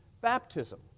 baptism